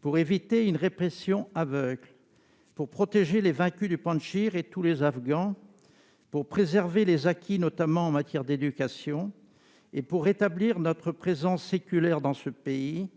pour éviter une répression aveugle, pour protéger les vaincus du Panchir et tous les Afghans, pour préserver les acquis, notamment en matière d'éducation, et pour rétablir notre présence séculaire dans ce pays,